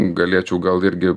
galėčiau gal irgi